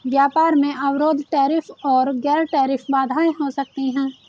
व्यापार में अवरोध टैरिफ और गैर टैरिफ बाधाएं हो सकती हैं